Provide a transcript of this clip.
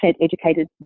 educated